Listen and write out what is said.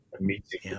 meeting